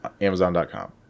Amazon.com